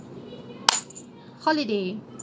holiday